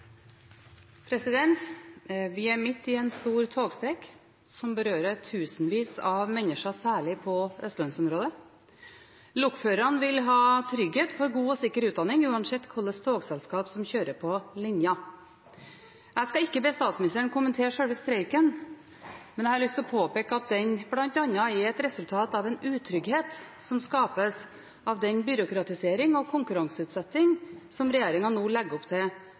Vi er midt i en stor togstreik som berører tusenvis av mennesker, særlig i østlandsområdet. Lokførerne vil ha trygghet for god og sikker utdanning, uansett hva slags togselskap som kjører på linja. Jeg skal ikke be statsministeren kommentere sjølve streiken, men jeg har lyst til å påpeke at den bl.a. er et resultat av en utrygghet som skapes av den byråkratisering og konkurranseutsetting som regjeringen nå legger opp til